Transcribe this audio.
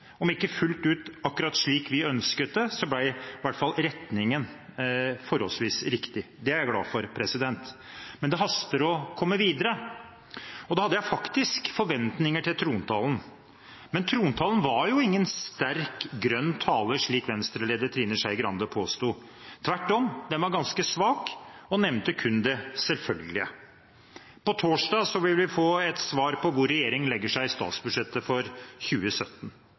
om ikke fullt ut akkurat slik vi ønsket det, ble i hvert fall retningen forholdsvis riktig. Det er jeg glad for. Men det haster med å komme videre, og da hadde jeg faktisk forventninger til trontalen. Men trontalen var ingen sterk grønn tale, slik Venstre-leder Trine Skei Grande påsto. Tvert om, den var ganske svak og nevnte kun det selvfølgelige. På torsdag vil vi få et svar på hvor regjeringen legger seg i statsbudsjettet for 2017.